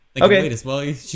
Okay